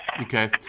Okay